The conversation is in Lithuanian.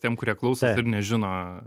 tiem kurie klausosi ir nežino